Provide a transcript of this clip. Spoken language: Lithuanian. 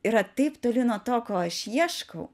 yra taip toli nuo to ko aš ieškau